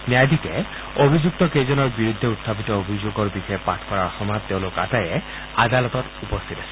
ন্যায়াধীশে অভিযুক্তকেইজনৰ বিৰুদ্ধে উখাপিত অভিযোগৰ বিষয়ে পাঠ কৰাৰ সময়ত তেওঁলোক আটায়েই আদালতত উপস্থিত আছিল